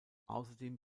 außerdem